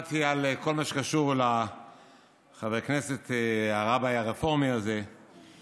דיברתי על כל מה שקשור לחבר הכנסת הרב הרפורמי הזה והבעיות,